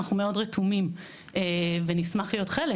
אנחנו רתומים מאוד, ונשמח להיות חלק.